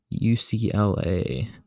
UCLA